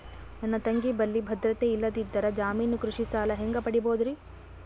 ನನ್ನ ತಂಗಿ ಬಲ್ಲಿ ಭದ್ರತೆ ಇಲ್ಲದಿದ್ದರ, ಜಾಮೀನು ಕೃಷಿ ಸಾಲ ಹೆಂಗ ಪಡಿಬೋದರಿ?